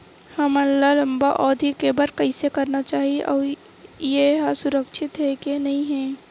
हमन ला लंबा अवधि के बर कइसे करना चाही अउ ये हा सुरक्षित हे के नई हे?